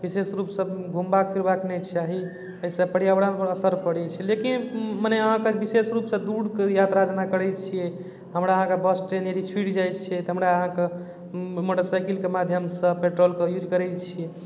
विशेष रूपसँ घुमबाक फिरबाक नहि चाही अइसँ पर्यावरणपर असर पड़ै छै लेकिन मने अहाँके विशेष रूपसँ दूर दूरके यात्रा जेना करै छियै हमरा अहाँके बस ट्रेन यदि छुटि जाइ छै तऽ हमरा अहाँके म मोटरसाइकिलके माध्यमसँ पेट्रोलके यूज करै छियै